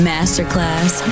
Masterclass